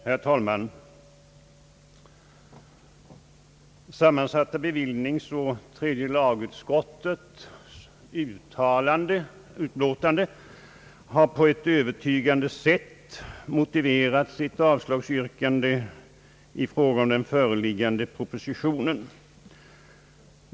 Herr talman! Sammansatta bevillningsoch tredje lagutskottets utlåtande har på ett övertygande sätt motiverat sitt avslagsyrkande i fråga om den föreliggande propositionen.